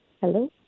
Hello